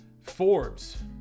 Forbes